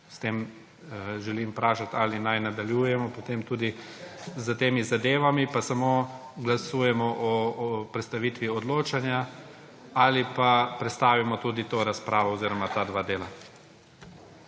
S tem želim vprašati, ali naj nadaljujemo potem tudi z temi zadevami, pa samo glasujemo o prestavitvi odločanja ali pa prestavimo tudi to razpravo oziroma ta dva dela?